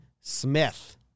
Smith